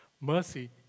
mercy